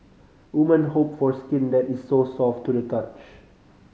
woman hope for skin that is so soft to the touch